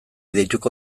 deituko